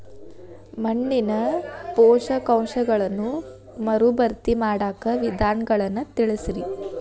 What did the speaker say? ಮಣ್ಣಿನ ಪೋಷಕಾಂಶಗಳನ್ನ ಮರುಭರ್ತಿ ಮಾಡಾಕ ವಿಧಾನಗಳನ್ನ ತಿಳಸ್ರಿ